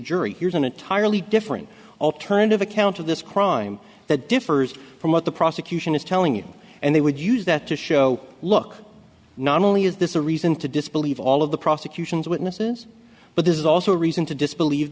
jury hears an entirely different alternative account of this crime that differs from what the prosecution is telling it and they would use that to show look not only is this a reason to disbelieve all of the prosecution's witnesses but this is also a reason to disbelieve